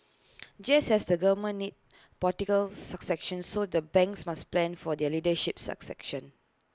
just as the government needs political succession so the banks must plan for their leadership succession